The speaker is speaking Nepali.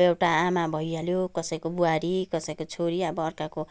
एउटा आमा भइहाल्यो कसैको बुहारी कसैको छोरी अब अर्काको